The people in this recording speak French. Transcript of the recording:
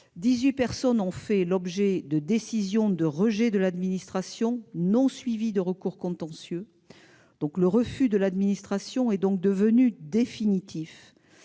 ces personnes ont fait l'objet d'une décision de rejet de la part de l'administration, non suivie de recours contentieux. Dans leur cas, le refus de l'administration est donc devenu définitif.